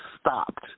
stopped